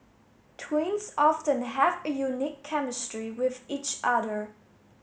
twins often have a unique chemistry with each other